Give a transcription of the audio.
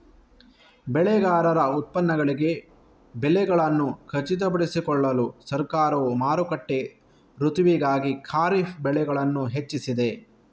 ಬೆಳೆಗಾರರ ಉತ್ಪನ್ನಗಳಿಗೆ ಬೆಲೆಗಳನ್ನು ಖಚಿತಪಡಿಸಿಕೊಳ್ಳಲು ಸರ್ಕಾರವು ಮಾರುಕಟ್ಟೆ ಋತುವಿಗಾಗಿ ಖಾರಿಫ್ ಬೆಳೆಗಳನ್ನು ಹೆಚ್ಚಿಸಿದೆ